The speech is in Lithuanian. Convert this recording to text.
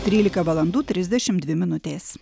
trylika valandų trisdešim dvi minutės